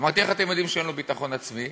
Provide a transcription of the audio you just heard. אמרתי: איך אתם יודעים שאין לו ביטחון עצמי?